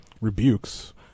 Rebukes